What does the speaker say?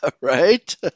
right